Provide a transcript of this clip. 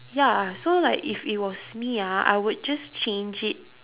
ya so like if it was me ah I would just change it